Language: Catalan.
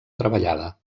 treballada